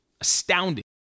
Astounding